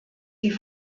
die